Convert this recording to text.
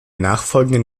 nachfolgenden